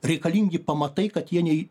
reikalingi pamatai kad jie nei